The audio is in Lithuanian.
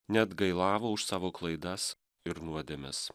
neatgailavo už savo klaidas ir nuodėmes